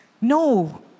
no